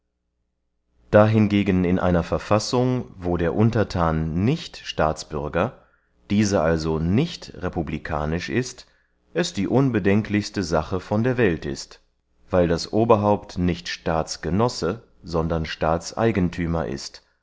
hingegen in einer verfassung wo der unterthan nicht staatsbürger die also nicht republikanisch ist es die unbedenklichste sache von der welt ist weil das oberhaupt nicht staatsgenosse sondern staatseigenthümer ist